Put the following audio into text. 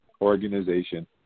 Organization